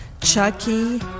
Chucky